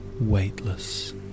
weightless